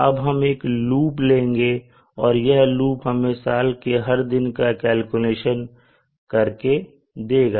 अब हम एक लूप लेंगे और यह लूप हमें साल के हर दिन का कैलकुलेशन करके देगा